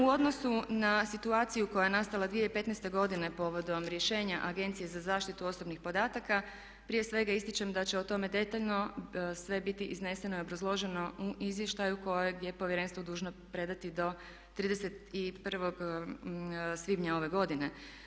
U odnosu na situaciju koja je nastala 2015. godine povodom rješenja Agencije za zaštitu osobnih podataka, prije svega ističem da će o tome detaljno sve biti izneseno i obrazloženo u izvještaju kojeg je Povjerenstvo dužno predati do 31. svibnja ove godine.